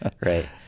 right